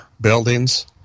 buildings